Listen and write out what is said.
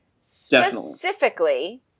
Specifically